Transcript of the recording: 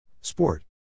Sport